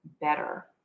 better